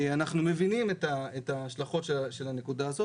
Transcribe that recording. אנחנו מבינים את ההשלכות של הנקודה הזאת,